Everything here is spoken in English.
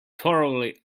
thoroughly